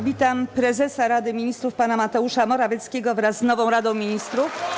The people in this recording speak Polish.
Witam prezesa Rady Ministrów pana Mateusza Morawieckiego wraz z nową Radą Ministrów.